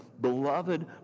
beloved